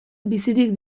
bizirik